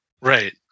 Right